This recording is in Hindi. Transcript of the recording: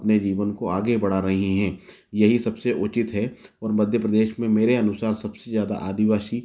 अपने जीवन को आगे बढ़ा रही हैं यही सबसे उचित है और मध्य प्रदेश में मेरे अनुसार सबसे ज़्यादा आदिवासी